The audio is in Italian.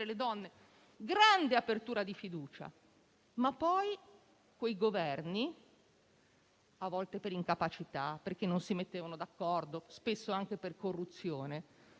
una grande apertura di fiducia. Ma poi quei governi, a volte per incapacità o perché non si mettevano d'accordo, spesso anche per corruzione,